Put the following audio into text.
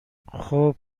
خوب